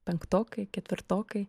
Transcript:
penktokai ketvirtokai